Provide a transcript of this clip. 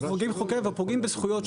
אנחנו מחוקקים חוקים אבל פוגעים בזכויות,